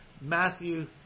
Matthew